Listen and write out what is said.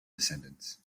descendants